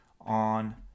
on